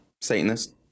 satanist